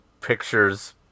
Pictures